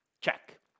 Check